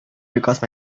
because